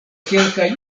kelkaj